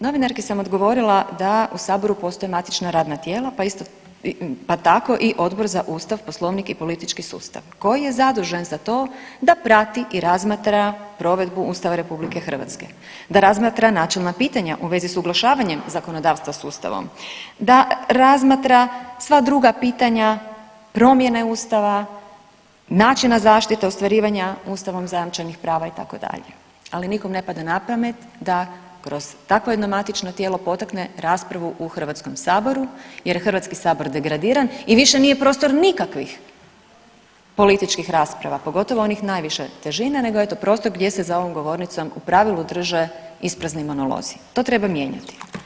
Novinarki sam odgovorila da u saboru postoje matična radna tijela, pa isto, pa tako i Odbor za ustav, poslovnik i politički sustav koji je zadužen za to da prati i razmatra provedbu Ustava RH, da razmatra načelna pitanja u vezi s usuglašavanjem zakonodavstva s ustavom, da razmatra sva druga pitanja promjene ustava, načina zaštite ostvarivanja ustavom zajamčenih prava itd., ali nikom ne pada na pamet da kroz takvo jedno matično tijelo potakne raspravu u HS jer je HS degradiran i više nije prostor nikakvih političkih rasprava, pogotovo onih najviše težine, nego eto prostor gdje se za ovom govornicom u pravilu drže isprazni monolozi, to treba mijenjati.